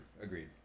Agreed